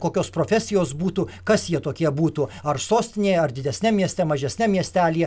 kokios profesijos būtų kas jie tokie būtų ar sostinėje ar didesniam mieste mažesniam miestelyje